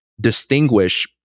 distinguish